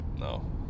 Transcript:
No